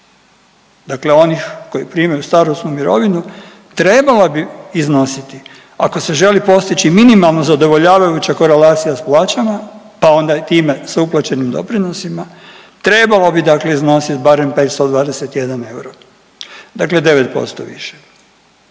dakle onih koji primaju starosnu mirovinu trebala bi iznositi ako se želi postići minimalno zadovoljavajuća korelacija sa plaćama, pa onda i time sa uplaćenim doprinosima trebalo bi, dakle iznositi barem 521 euro, dakle 9% više.